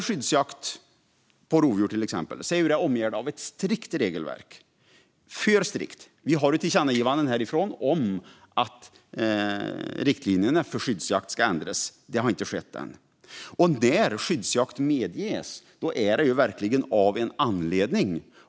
Skyddsjakt på rovdjur är omgärdat av ett alltför strikt regelverk. Riksdagen har gjort ett tillkännagivande om att riktlinjerna för skyddsjakt ska ändras, men det har inte skett. När skyddsjakt medges är det verkligen av en anledning.